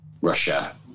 Russia